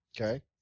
Okay